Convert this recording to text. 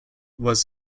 was